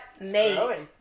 Nate